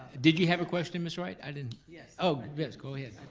did you have a question, miss wright? i didn't yes. oh yes, go ahead.